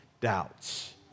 doubts